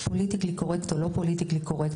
פוליטיקלי קורקט או לא פוליטיקלי קורקט,